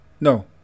No